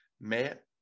Mais